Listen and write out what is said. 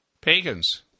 pagans